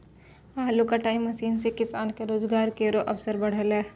आलू कटाई मसीन सें किसान के रोजगार केरो अवसर बढ़लै